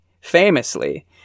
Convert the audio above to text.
famously